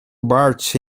barge